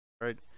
right